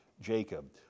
Jacob